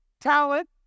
talent